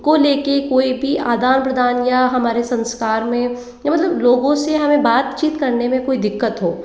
को ले के कोई भी आदान प्रदान या हमारे संस्कार में या मतलब लोगों से हमें बातचीत करने में कोई दिक्कत हो